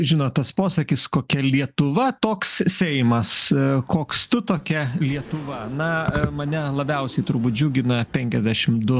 žinot tas posakis kokia lietuva toks seimas koks tu tokia lietuva na mane labiausiai turbūt džiugina penkiasdešim du